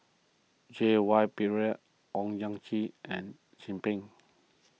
J Y Pillay Owyang Chi and Chin Peng